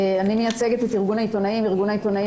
אני מייצגת את ארגון העיתונאים וארגון העיתונאים